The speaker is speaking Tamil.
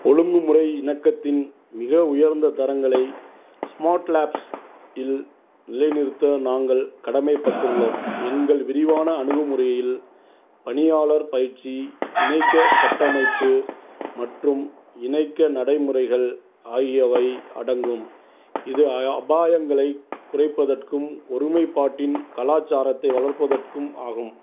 ஒழுங்கு முறை இணக்கத்தின் மிக உயர்ந்த தரங்களை ஸ்மார்ட் லேப்ஸ் இல் நிலைநிறுத்த நாங்கள் கடமைப்பட்டுள்ளோம் எங்கள் விரிவான அணுகுமுறையில் பணியாளர் பயிற்சி இணக்கக் கட்டமைப்பு மற்றும் இணக்க நடைமுறைகள் ஆகியவை அடங்கும் இது அயா அபாயங்களைக் குறைப்பதற்கும் ஒருமைப்பாட்டின் கலாச்சாரத்தை வளர்ப்பதற்கும் ஆகும்